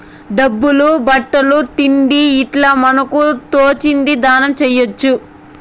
డబ్బులు బట్టలు తిండి ఇట్లా మనకు తోచింది దానం చేయొచ్చు